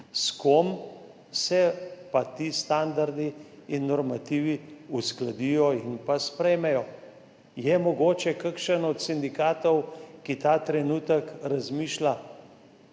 s kom pa se ti standardi in normativi uskladijo in sprejmejo. Ali je mogoče kakšen od sindikatov, ki ta trenutek razmišlja,